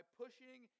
pushing